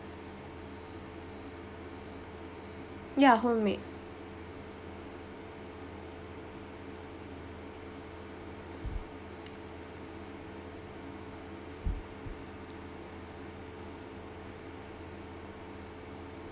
ya homemade